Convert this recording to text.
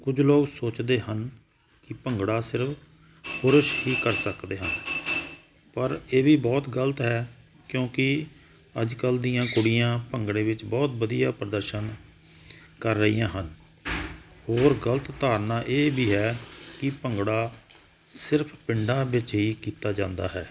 ਕੁਝ ਲੋਕ ਸੋਚਦੇ ਹਨ ਕਿ ਭੰਗੜਾ ਸਿਰਫ ਪੁਰਸ਼ ਹੀ ਕਰ ਸਕਦੇ ਹਨ ਪਰ ਇਹ ਵੀ ਬਹੁਤ ਗਲਤ ਹੈ ਕਿਉਂਕਿ ਅੱਜਕੱਲ ਦੀਆਂ ਕੁੜੀਆਂ ਭੰਗੜੇ ਵਿੱਚ ਬਹੁਤ ਵਧੀਆ ਪ੍ਰਦਰਸ਼ਨ ਕਰ ਰਹੀਆਂ ਹਨ ਹੋਰ ਗਲਤ ਧਾਰਨਾ ਇਹ ਵੀ ਹੈ ਕਿ ਭੰਗੜਾ ਸਿਰਫ ਪਿੰਡਾਂ ਵਿੱਚ ਹੀ ਕੀਤਾ ਜਾਂਦਾ ਹੈ